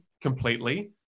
completely